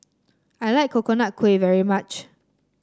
I like Coconut Kuih very much